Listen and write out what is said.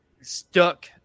stuck